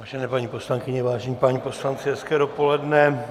Vážené paní poslankyně, vážení páni poslanci, hezké dopoledne.